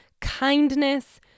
kindness